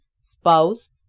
spouse